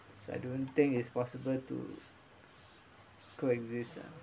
so I don't think it's possible to coexist ah